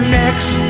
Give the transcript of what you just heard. next